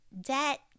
debt